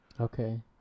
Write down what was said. okay